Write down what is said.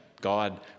God